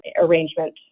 arrangement